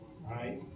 right